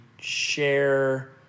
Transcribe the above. share